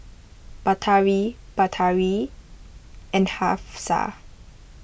Batari Batari and Hafsa